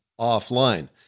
offline